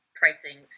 pricing